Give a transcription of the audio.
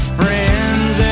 friends